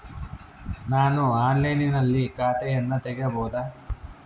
ನಾನು ಆನ್ಲೈನಿನಲ್ಲಿ ಖಾತೆಯನ್ನ ತೆಗೆಯಬಹುದಾ?